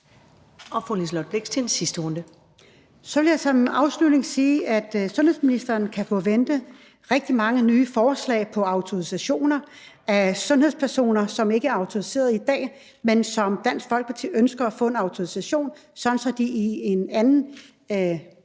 Så vil jeg som afslutning sige, at sundhedsministeren kan forvente rigtig mange nye forslag om autorisation af sundhedspersoner, som ikke er autoriserede i dag, men som Dansk Folkeparti ønsker at få en autorisation for, sådan at de i en anden